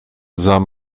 sah